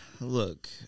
Look